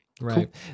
Right